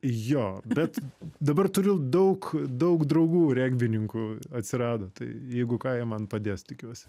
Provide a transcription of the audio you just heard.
jo bet dabar turiu daug daug draugų regbininkų atsirado tai jeigu ką jie man padės tikiuosi